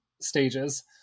stages